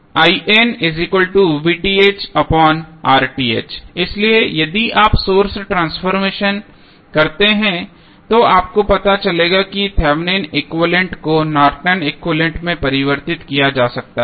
and इसलिए यदि आप सोर्स ट्रांसफॉर्मेशन करते हैं तो आपको पता चलेगा कि थेवेनिन एक्विवैलेन्ट को नॉर्टन एक्विवैलेन्ट Nortons equivalent में परिवर्तित किया जा सकता है